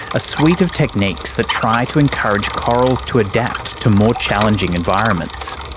a suite of techniques that try to encourage corals to adapt to more challenging environments.